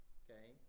okay